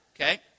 Okay